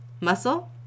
Muscle